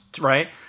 right